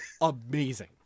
amazing